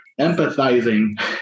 empathizing